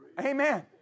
Amen